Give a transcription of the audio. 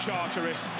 Charteris